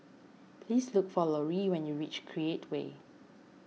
please look for Loree when you reach Create Way